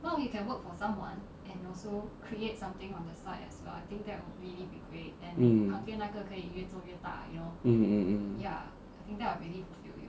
mm mm mm mm